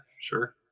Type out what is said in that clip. sure